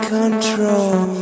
control